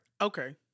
Okay